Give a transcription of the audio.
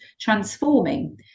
transforming